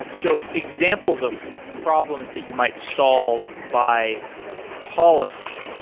so examples of problems that you might solve by policy,